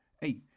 hey